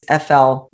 FL